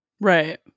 Right